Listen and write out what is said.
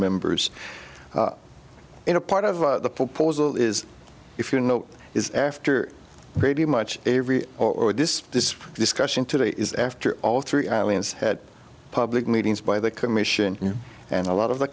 members in a part of the proposal is if you know it's after pretty much every or this this discussion today is after all three islands had public meetings by the commission and a lot of the